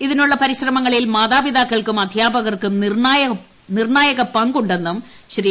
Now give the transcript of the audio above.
ഇതിനുള്ള പരിശ്രമങ്ങളിൽ മാതാപിതാക്കൾക്കും അധ്യാപകർക്കും നിർണായക പങ്കുണ്ടെന്നും ശ്രീ